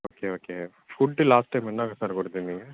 okay okay food last time என்ன sir கொடுத்தீங்க நீங்கள்